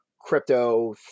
crypto